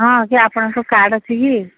ହଁ କିଏ ଆପଣଙ୍କ କାର୍ଡ୍ ଅଛି କି